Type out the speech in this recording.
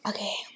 Okay